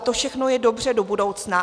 To všechno je dobře do budoucna.